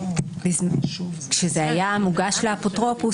כשזה היה מוגש לאפוטרופוס,